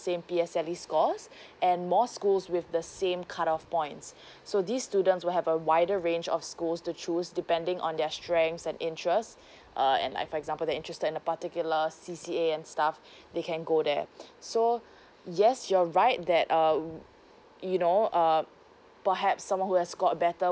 same P_S_L_E scores and more schools with the same cut off points so these students will have a wider range of schools to choose depending on their strengths and interests uh and like for example they're interested in a particular C_C_A and stuff they can go there so yes you're right that uh you know um perhaps someone who has scored better